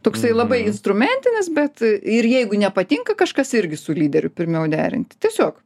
toksai labai instrumentinis bet ir jeigu nepatinka kažkas irgi su lyderiu pirmiau derinti tiesiog